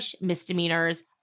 Misdemeanors